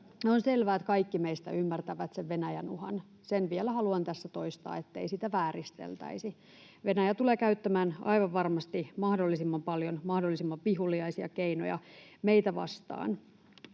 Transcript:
On selvää, että kaikki meistä ymmärtävät sen Venäjän uhan. Sen vielä haluan tässä toistaa, ettei sitä vääristeltäisi. Venäjä tulee käyttämään aivan varmasti mahdollisimman paljon mahdollisimman vihuliaisia keinoja meitä vastaan.